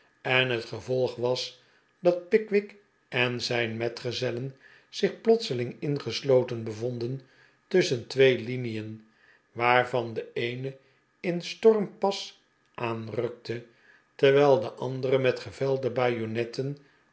en het gevolg was dat pickwick en zijn metgezellen zich plotseling inges loten bevonden tusschen twee linien waarvan de eene in stormpas aanrukte terwijl de andere met gevelde